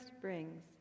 brings